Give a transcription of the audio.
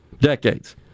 decades